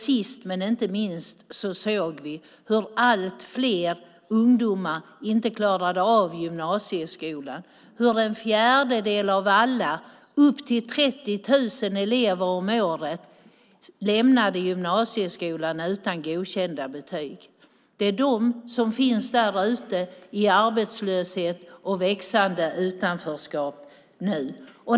Sist men inte minst såg vi hur allt fler ungdomar inte klarade av gymnasieskolan. Vi såg hur en fjärdedel av alla elever, upp till 30 000 elever om året, lämnade gymnasieskolan utan godkända betyg. Det är de som nu finns ute i arbetslöshet och växande utanförskap.